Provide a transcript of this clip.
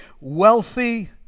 wealthy